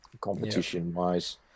competition-wise